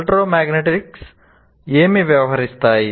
electromagnetics ఏమి వ్యవహరిస్తాయి